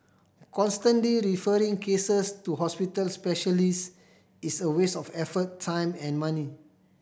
constantly referring cases to hospital specialist is a waste of effort time and money